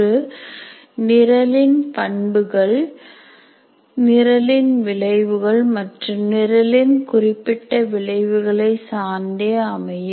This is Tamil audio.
ஒரு நிரலின் பண்புகள் நிரலின் விளைவுகள் மற்றும் நிரலின் குறிப்பிட்ட விளைவுகள் சார்ந்தே அமையும்